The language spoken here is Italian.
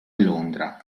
londra